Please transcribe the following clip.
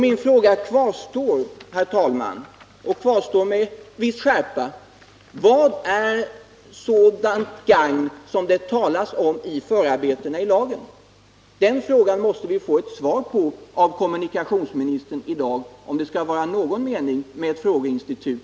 Min fråga kvarstår, och jag vill med skärpa upprepa den: Vad är sådant gagn som det talas om i förarbetena till lagen? Den frågan måste vi få ett svar på av kommunikationsministern i dag, om det skall vara någon mening med vårt frågeinstitut.